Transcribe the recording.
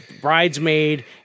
bridesmaid